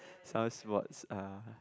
some sports are